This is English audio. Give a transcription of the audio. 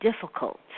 difficult